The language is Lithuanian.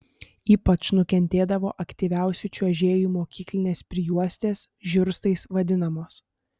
ypač nukentėdavo aktyviausių čiuožėjų mokyklinės prijuostės žiurstais vadinamos